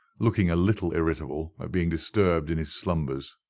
looking a little irritable at being disturbed in his slumbers.